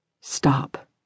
Stop